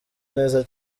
neza